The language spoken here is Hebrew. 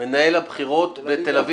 מנהל הבחירות בתל אביב-יפו.